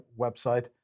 website